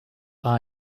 food